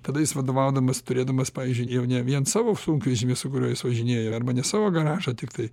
tada jis vadovaudamas turėdamas pavyzdžiui jau ne vien savo sunkvežimį su kuriuo jis važinėjo arba ne savo garažą tiktai